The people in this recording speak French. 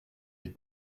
avec